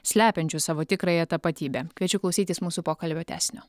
slepiančių savo tikrąją tapatybę kviečiu klausytis mūsų pokalbio tęsinio